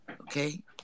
Okay